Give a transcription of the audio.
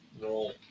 roll